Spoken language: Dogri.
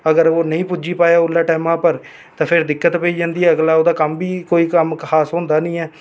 अगर ओह् नेईं पुज्जी पाया ओल्लै टैमें पर ते फ्ही दिक्कत पेई जंदी ऐ ते ओह्दा अगला कम्म होंदा निं ऐ